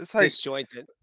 disjointed